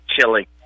chili